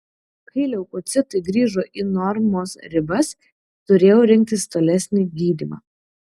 kai leukocitai grįžo į normos ribas turėjau rinktis tolesnį gydymą